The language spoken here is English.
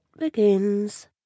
begins